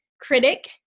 critic